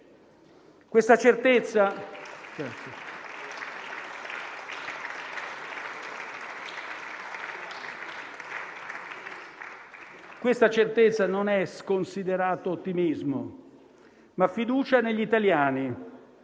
Questa certezza non è sconsiderato ottimismo, ma fiducia negli italiani,